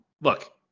look